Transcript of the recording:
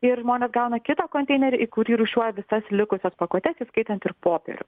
ir žmonės gauna kitą konteinerį į kurį rūšiuoja visas likusias pakuotes įskaitant ir popierių